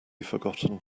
forgotten